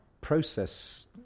process